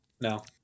No